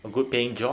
a good paying job